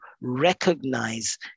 recognize